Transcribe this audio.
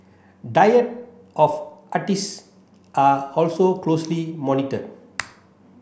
diet of artist are also closely monitored